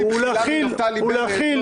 יש לי בחילה מנפתלי בנט נו,